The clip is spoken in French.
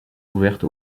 ouverte